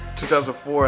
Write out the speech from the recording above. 2004